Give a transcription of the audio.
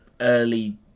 early